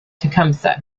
tecumseh